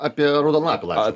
apie raudonlapį ląžuolą